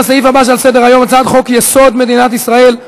לסעיף הבא שעל סדר-היום: הצעת חוק-יסוד: מדינת ישראל,